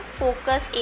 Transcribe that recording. focus